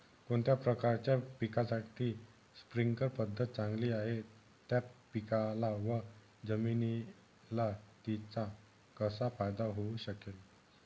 कोणत्या प्रकारच्या पिकासाठी स्प्रिंकल पद्धत चांगली आहे? त्या पिकाला व जमिनीला तिचा कसा फायदा होऊ शकेल?